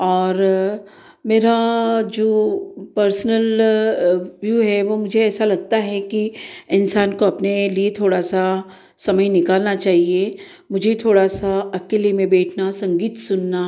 और मेरा जो पर्सनल व्यू है वो मुझे ऐसा लगता है कि इंसान को अपने लिए थोड़ा सा समय निकालना चाहिए मुझे थोड़ा सा अकेले में बैठना संगीत सुनना